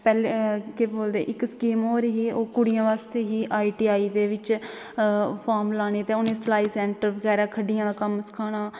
पैहले केह् बोलदे इक स्कीम होर ही ओह् कुड़ियें आस्ते ही आई टी आई च फार्म लाने ते उनेंई सलाई सेंटर बगैरा दा कम सिखाना